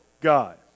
God